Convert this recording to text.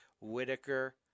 Whitaker